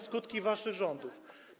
skutki waszych rządów.